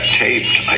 taped